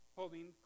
holding